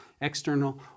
external